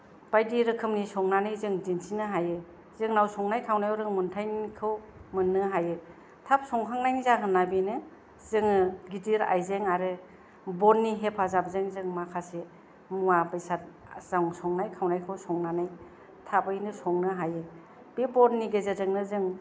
बायदि रोखोमनि संनानै जों दिन्थिनो हायो जोंनाव संनाय खावनायाव रोंमोन्थायखौ मोननो हायो थाब संखांनायनि जाहोना बेनो जोङो गिदिर आयजें आरो बननि हेफाजाबजों जों माखासे मुवा बेसाद जों संनाय खावनायखौ संनानै थाबैनो संनो हायो बे बननि गेजेरजोंनो जों